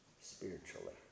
spiritually